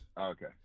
okay